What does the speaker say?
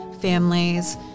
families